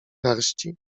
garści